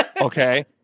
Okay